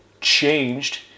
changed